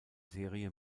serie